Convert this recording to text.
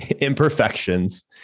imperfections